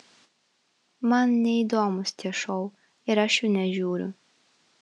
man neįdomūs tie šou ir aš jų nežiūriu